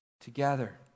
together